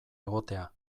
egotea